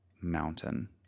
mountain